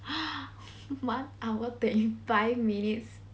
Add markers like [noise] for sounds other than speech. [noise] one hour twenty five minutes